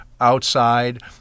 outside